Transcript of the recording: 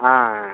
ஆ